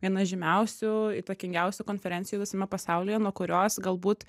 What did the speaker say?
viena žymiausių įtakingiausių konferencijų visame pasaulyje nuo kurios galbūt